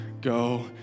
go